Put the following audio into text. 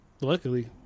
Luckily